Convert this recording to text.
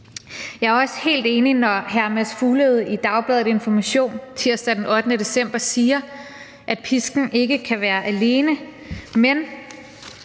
Jeg er også helt enig, når hr. Mads Fuglede i Dagbladet Information tirsdag den 8. december siger, at pisken ikke kan stå alene.